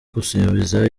gusubiza